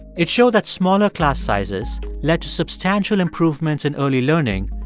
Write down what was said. it showed that smaller class sizes led to substantial improvements in early learning,